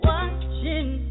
Watching